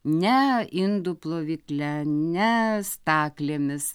ne indų plovykle ne staklėmis